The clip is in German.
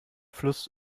fluss